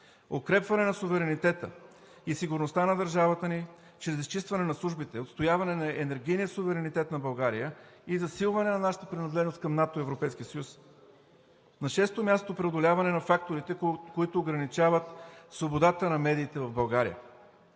укрепване на суверенитета и сигурността на държавата ни чрез изчистване на службите, отстояване на енергийния суверенитет на България и засилване на нашата принадлежност към НАТО и Европейския съюз. На шесто място, преодоляване на факторите, които ограничават свободата на медиите в България.